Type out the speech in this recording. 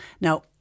Now